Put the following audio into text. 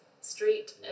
Street